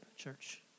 church